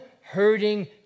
hurting